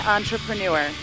Entrepreneur